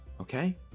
okay